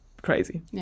Crazy